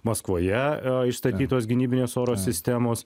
maskvoje įstatytos gynybinės oro sistemos